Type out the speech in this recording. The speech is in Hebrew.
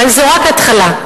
וזו רק ההתחלה.